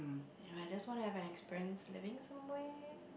if I just want an experience living somewhere